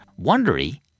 Wondery